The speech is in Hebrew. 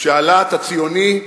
שהלהט הציוני נשחק.